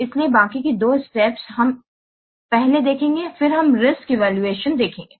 इसलिए बाकी के 2 स्टेप्स हम पहले देखेंगे फिर हम रिस्क इवैल्यूएशन देखेंगे